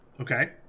Okay